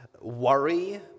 worry